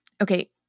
Okay